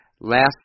last